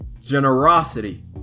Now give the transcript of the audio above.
generosity